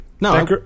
no